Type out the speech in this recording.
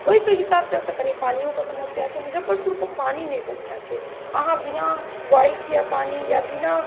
ओहिके हिसाब सबसँ कनि पानिओके समस्या छै मुजफ्फरपुरके पानि नहि बढ़िआँ छै अहाँ बिना ब्वाइल कएल पानि या बिना